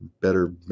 better